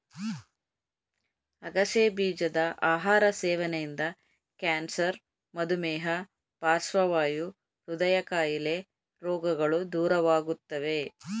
ಅಗಸೆ ಬೀಜದ ಆಹಾರ ಸೇವನೆಯಿಂದ ಕ್ಯಾನ್ಸರ್, ಮಧುಮೇಹ, ಪಾರ್ಶ್ವವಾಯು, ಹೃದಯ ಕಾಯಿಲೆ ರೋಗಗಳು ದೂರವಾಗುತ್ತವೆ